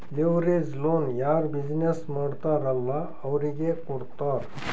leverage loan ಯಾರ್ business ಮಾಡ್ತಾರ್ ಅಲ್ಲಾ ಅವ್ರಿಗೆ ಕೊಡ್ತಾರ್